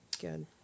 Good